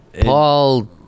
Paul